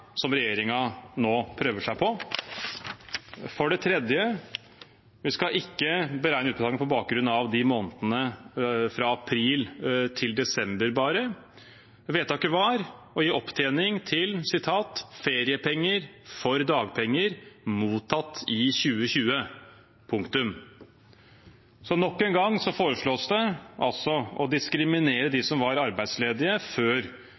som regjeringen nå prøver seg på. For det tredje: Vi skal ikke beregne utbetaling bare på bakgrunn av månedene fra april til desember. Vedtaket var å gi opptjening til «feriepenger for dagpenger mottatt i 2020». Så nok en gang foreslås det altså å diskriminere de som var arbeidsledige før